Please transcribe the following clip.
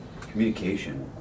Communication